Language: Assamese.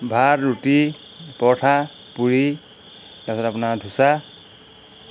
ভাত ৰুটি পৰঠা পুৰি তাৰপিছত আপোনাৰ ঢছা